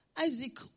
Isaac